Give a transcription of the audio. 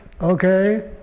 okay